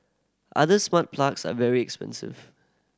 other smart plugs are very expensive